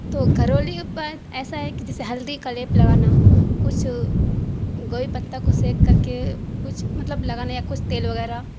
تو گھریلو اپائے ایسا ہے کہ جیسے ہلدی کا لیپ لگانا کچھ گوبھی پتا کو سینک کر کے کچھ مطلب لگانے یا کچھ تیل وغیرہ